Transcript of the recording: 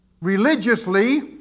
Religiously